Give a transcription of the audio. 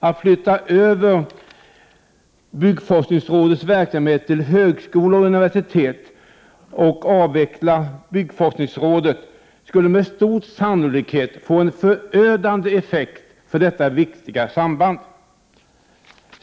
Att flytta över byggforskningsinstitutets verksamhet till högskolor och universitet och avveckla byggforskningsrådet skulle med stor sannolikhet få en förödande effekt för detta viktiga samband.